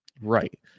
Right